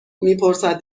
میپرسد